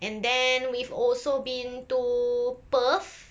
and then we've also been to perth